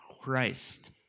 Christ